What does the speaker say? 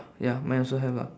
ya mine also have lah